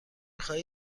خواهی